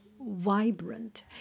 vibrant